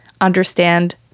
understand